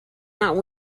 not